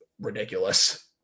Ridiculous